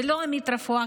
ולא עמית רפואה,